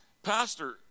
Pastor